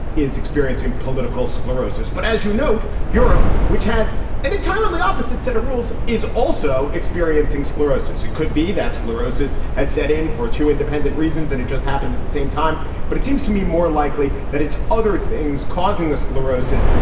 is experiencing political sclerosis. but as you note, europe, which has an entirely opposite set of rules, is also experiencing sclerosis. it could be that sclerosis has set in for two independent reasons and it just happened at the same time. but it seems to me more likely that it's other things causing the sclerosis.